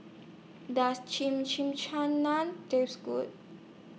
Does Taste Good